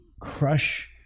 crush